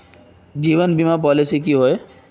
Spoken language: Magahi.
जीवन बीमा पॉलिसी की होय?